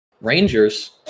Rangers